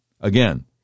again